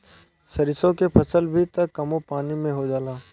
सरिसो के फसल भी त कमो पानी में हो जाला